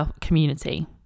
Community